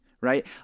right